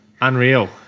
Unreal